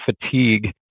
fatigue